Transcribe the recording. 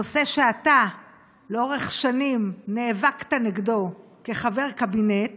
נושא שאתה לאורך שנים נאבקת נגדו כחבר קבינט